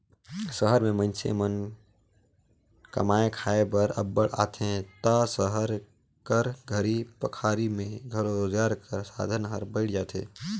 सहर में मइनसे मन कमाए खाए बर अब्बड़ आथें ता सहर कर घरी पखारी में घलो रोजगार कर साधन हर बइढ़ जाथे